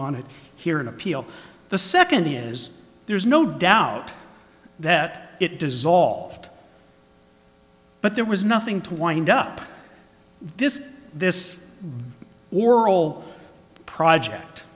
it here in appeal the second is there's no doubt that it dissolved but there was nothing to wind up this this oral project